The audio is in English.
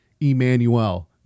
Emmanuel